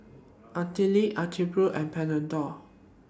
Betadine Atopiclair and Panadol